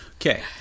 Okay